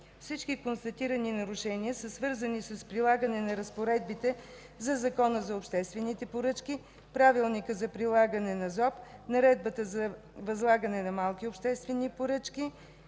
Всички констатирани нарушения са свързани с прилагане на разпоредбите на Закона за обществените поръчки (ЗОП), Правилника за прилагане на ЗОП, Наредбата за възлагане на малки обществени поръчки,